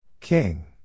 King